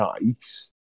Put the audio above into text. nice